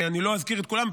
אני לא אזכיר את כולם,